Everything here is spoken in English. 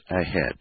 ahead